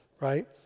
right